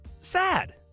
sad